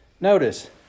Notice